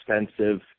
expensive